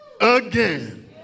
again